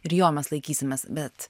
ir jo mes laikysimės bet